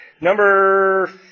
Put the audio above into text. Number